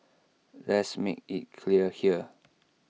let's make IT clear here